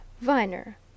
Viner